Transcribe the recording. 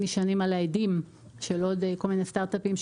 נשענים על האדים של עוד כל מיני סטארטאפים,